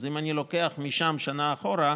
אז אם אני לוקח משם שנה אחורה,